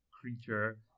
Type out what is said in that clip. creature